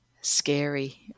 scary